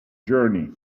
journey